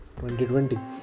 2020